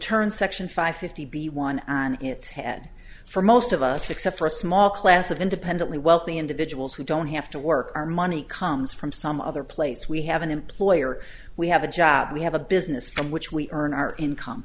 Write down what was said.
turn section five fifty b one on its head for most of us except for a small class of independently wealthy individuals who don't have to work our money comes from some other place we have an employer we have a job we have a business from which we earn our income